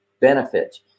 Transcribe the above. benefits